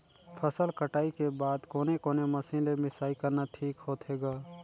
फसल कटाई के बाद कोने कोने मशीन ले मिसाई करना ठीक होथे ग?